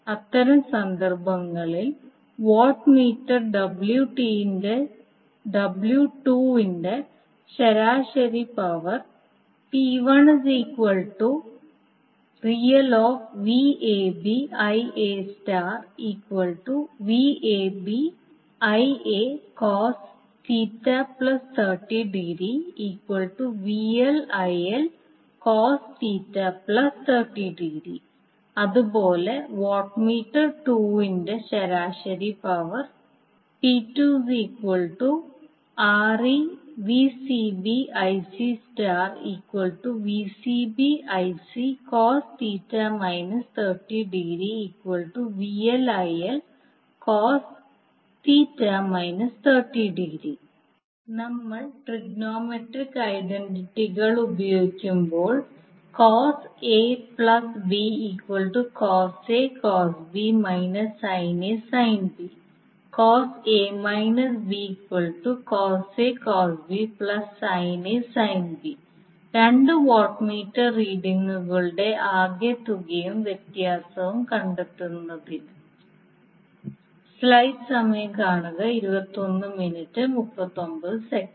അത്തരം സന്ദർഭങ്ങളിൽ wattmeter W2 ന്റെ ശരാശരി പവർ അതുപോലെ വാട്ട്മീറ്റർ W2 ന്റെ ശരാശരി പവർ നമ്മൾ ട്രിഗണോമെട്രിക് ഐഡന്റിറ്റികൾ ഉപയോഗിക്കുമ്പോൾ രണ്ട് വാട്ട്മീറ്റർ റീഡിംഗുകളുടെ ആകെത്തുകയും വ്യത്യാസവും കണ്ടെത്തുന്നതിന്